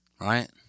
Right